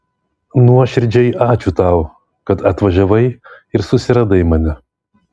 nuoširdžiai ačiū tau kad atvažiavai ir susiradai mane